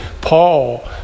Paul